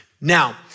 Now